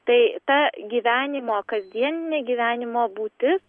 tai ta gyvenimo kasdieninė gyvenimo būtis